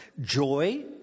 Joy